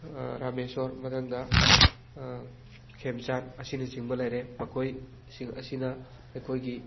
ꯔꯥꯃꯦꯁ꯭ꯋꯣꯔ ꯃꯊꯪꯗ ꯈꯦꯝꯆꯥꯟ ꯑꯁꯤꯅ ꯆꯤꯡꯕ ꯂꯩꯔꯦ ꯃꯈꯣꯏ ꯁꯤꯡ ꯑꯁꯤꯅ ꯑꯩꯈꯣꯏꯒꯤ